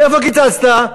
איפה קיצצת?